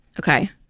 okay